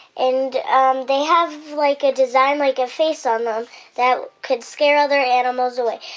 and they have, like, a design like a face on them that could scare other animals away.